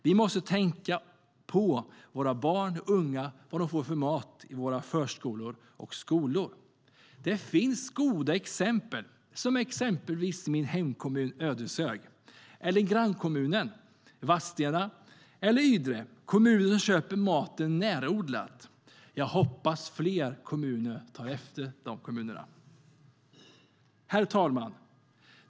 Vi måste tänka på vad våra barn och unga får för mat i våra förskolor och skolor. Det finns goda exempel, som min hemkommun Ödeshög, grannkommunen Vadstena och Ydre. Det är kommuner som köper närodlad mat. Jag hoppas att fler kommuner tar efter. Herr talman!